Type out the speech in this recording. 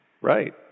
right